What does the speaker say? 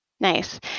Nice